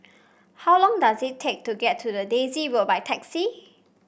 how long does it take to get to Daisy Road by taxi